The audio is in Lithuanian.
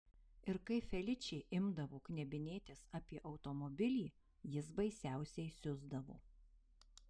ir kai feličė imdavo knebinėtis apie automobilį jis baisiausiai siusdavo